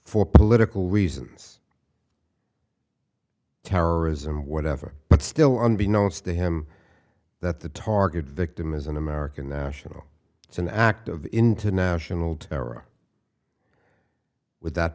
for political reasons terrorism whatever but still unbeknownst to him that the target victim is an american national it's an act of international terror would that